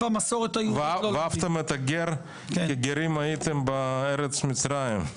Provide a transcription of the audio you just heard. ואהבתם את הגר כי גרים הייתם בארץ מצרים.